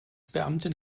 beamtin